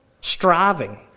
striving